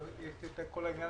ויש את כל עניין